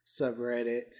subreddit